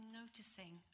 noticing